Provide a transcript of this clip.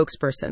spokesperson